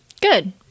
Good